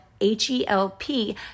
H-E-L-P